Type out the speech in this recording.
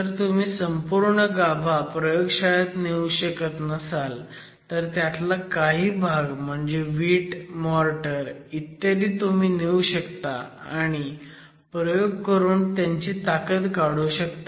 जर तुम्ही संपूर्ण गाभा प्रयोगशाळेत नेऊ शकत नसाल तर त्यातला काही भाग म्हणजे वीट मोर्टर इत्यादी तुम्ही नेऊ शकता आणि प्रयोग करून त्यांची ताकद काढू शकता